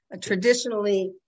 Traditionally